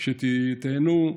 שתיהנו.